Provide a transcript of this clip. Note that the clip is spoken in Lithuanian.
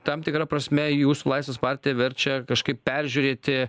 tam tikra prasme jūsų laisvės partija verčia kažkaip peržiūrėti